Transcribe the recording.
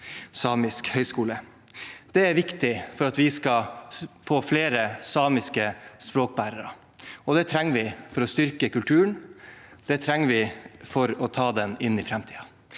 Samisk høgskole. Det er viktig for at vi skal få flere samiske språkbærere, og det trenger vi for å styrke kulturen, det trenger vi for å ta den inn i framtiden.